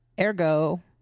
ergo